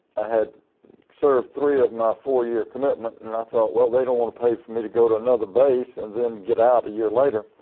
i had served three of my four year commitment and i thought well they don't want to pay for me to go to another base and then get out a year later.